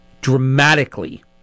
dramatically